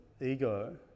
ego